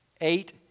eight